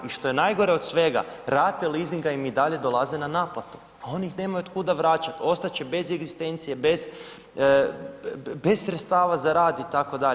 I što je najgore od svega, rate leasinga im i dalje dolaze na naplatu, a oni ih nemaju od kuda vraćati, ostat će bez egzistencije, bez sredstava za rad itd.